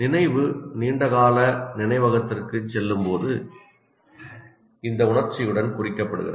நினைவு நீண்டகால நினைவகத்திற்குச் செல்லும்போது இந்த உணர்ச்சியுடன் குறிக்கப்படுகிறது